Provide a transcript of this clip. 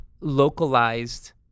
localized